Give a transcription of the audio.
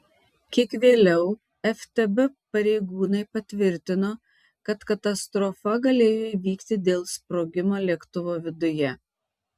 kiek vėliau ftb pareigūnai patvirtino kad katastrofa galėjo įvykti dėl sprogimo lėktuvo viduje